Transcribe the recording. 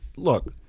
look.